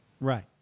Right